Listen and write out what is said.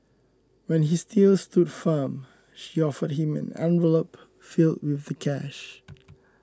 when he still stood firm she offered him an envelope filled with the cash